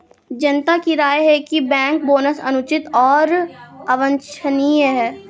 जनता की राय है कि बैंक बोनस अनुचित और अवांछनीय है